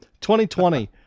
2020